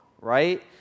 Right